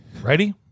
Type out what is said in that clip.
Ready